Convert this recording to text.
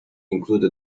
include